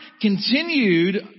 continued